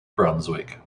brunswick